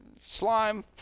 slime